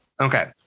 Okay